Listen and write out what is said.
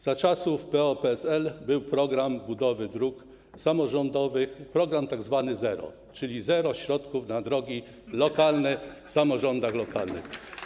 Za czasów PO-PSL był program budowy dróg samorządowych, program tzw. zero, czyli zero środków na drogi lokalne w samorządach lokalnych.